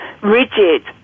rigid